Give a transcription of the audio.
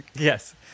Yes